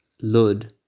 Lud